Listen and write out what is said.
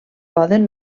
poden